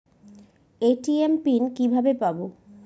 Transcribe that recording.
ATM pin কিভাবে পাবো?